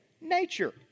nature